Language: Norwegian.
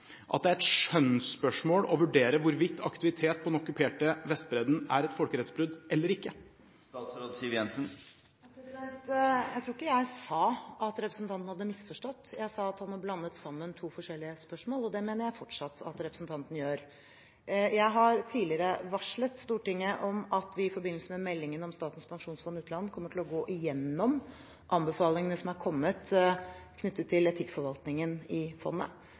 at det er et skjønnsspørsmål å vurdere hvorvidt aktivitet på den okkuperte Vestbredden er et folkerettsbrudd eller ikke? Jeg tror ikke jeg sa at representanten hadde misforstått. Jeg sa at han hadde blandet sammen to forskjellige spørsmål. Det mener jeg fortsatt at representanten gjør. Jeg har tidligere varslet Stortinget at vi i forbindelse med meldingen om Statens pensjonsfond utland kommer til å gå gjennom anbefalingene som har kommet knyttet til etikkforvaltningen i fondet.